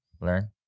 learn